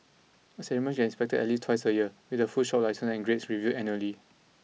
establishments get inspected at least twice a year with their food shop licences and grades reviewed annually